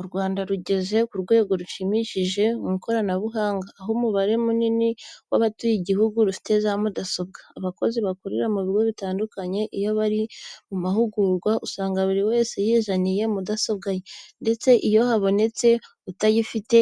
U Rwanda rugeze ku rwego rushimishije mu ikoranabuhanga, aho umubare munini w'abatuye igihugu ufite za mudasobwa. Abakozi bakorera mu bigo bitandukanye iyo bari mu mahugurwa usanga buri wese yizanira mudasobwa ye, ndetse iyo habonetse utayifite